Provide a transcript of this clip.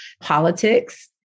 politics